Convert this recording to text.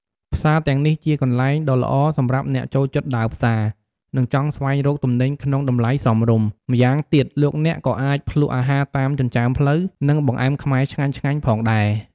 ផ្សារទាំងនេះជាកន្លែងដ៏ល្អសម្រាប់អ្នកចូលចិត្តដើរផ្សារ និងចង់ស្វែងរកទំនិញក្នុងតម្លៃសមរម្យ ម្យ៉ាងទៀតលោកអ្នកក៏អាចភ្លក់អាហារតាមចិញ្ចើមផ្លូវ និងបង្អែមខ្មែរឆ្ងាញ់ៗផងដែរ។